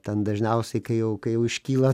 ten dažniausiai kai jau kai jau iškyla